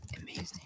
Amazing